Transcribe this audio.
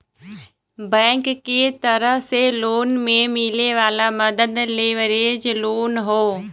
bank के तरफ से लोन में मिले वाला मदद लेवरेज लोन हौ